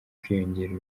kwiyongera